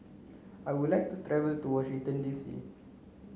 I would like to travel to Washington D C